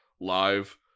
live